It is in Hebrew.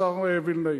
השר וילנאי.